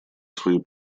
свои